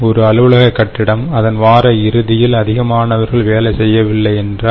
ஒரு அலுவலக கட்டிடம் அதன் வார இறுதியில் அதிகமானவர்கள் வேலை செய்யவில்லை என்றால்